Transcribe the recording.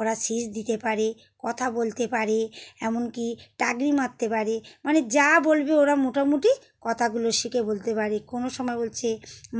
ওরা শিস দিতে পারে কথা বলতে পারে এমনকি টাকনি মারতে পারে মানে যা বলবে ওরা মোটামুটি কথাগুলো শিখে বলতে পারে কোনও সময় বলছে